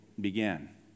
began